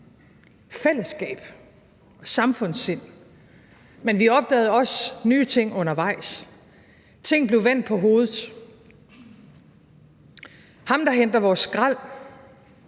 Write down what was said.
fællesskab og samfundssind – men vi opdagede også nye ting undervejs, ting blev vendt på hovedet. Ham, der henter vores skrald,